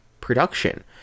production